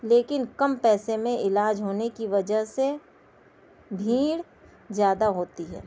لیکن کم پیسے میں علاج ہونے کی وجہ سے بھیڑ زیادہ ہوتی ہے